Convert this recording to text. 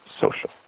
social